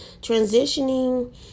transitioning